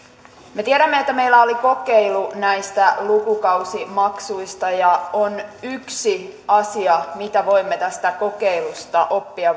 me tiedämme että meillä oli kokeilu näistä lukukausimaksuista ja on yksi asia mitä voimme tästä kokeilusta oppia